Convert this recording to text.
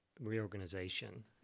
reorganization